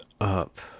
up